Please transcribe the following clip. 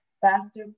faster